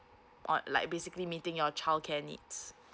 on like basically meeting your childcare needs